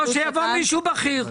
לא, שיבוא מישהו בכיר.